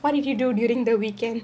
what did you do during the weekend